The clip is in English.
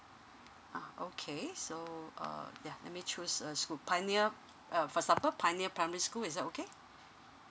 ah okay so uh yeah let me choose a school pioneer uh for example pioneer primary school is that okay